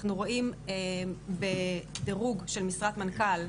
אנחנו רואים בדירוג של משרת מנכ"ל,